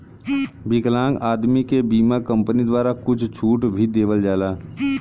विकलांग आदमी के बीमा कम्पनी द्वारा कुछ छूट भी देवल जाला